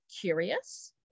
curious